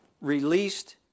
released